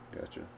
Gotcha